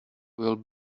will